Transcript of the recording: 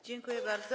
Dziękuję bardzo.